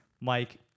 Mike